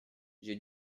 j’ai